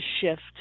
shift